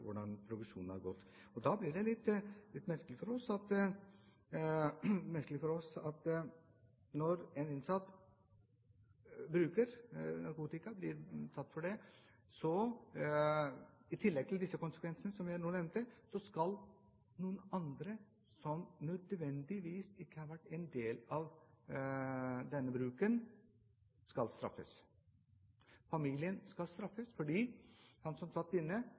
Da blir det litt merkelig for oss at når en innsatt bruker narkotika og blir tatt for det, med de konsekvensene jeg nå nevnte, skal i tillegg noen andre som ikke nødvendigvis har vært en del av dette, straffes. Familien skal straffes fordi han som sitter inne,